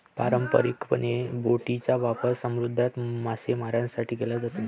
पारंपारिकपणे, बोटींचा वापर समुद्रात मासेमारीसाठी केला जातो